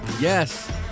Yes